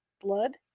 blood